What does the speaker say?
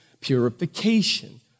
purification